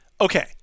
Okay